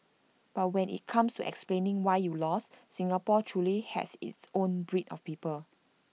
but when IT comes to explaining why you lost Singapore truly has its own breed of people